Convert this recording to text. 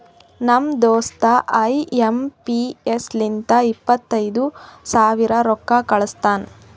ನಮ್ ದೋಸ್ತ I M P S ಲಿಂತ ಇಪ್ಪತೈದು ಸಾವಿರ ರೊಕ್ಕಾ ಕಳುಸ್ತಾನ್